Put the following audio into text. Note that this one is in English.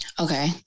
Okay